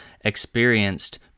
experienced